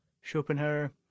Schopenhauer